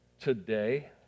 today